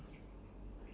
ya